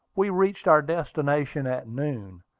we reached our destination at noon.